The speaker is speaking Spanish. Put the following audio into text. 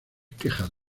quejas